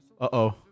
Uh-oh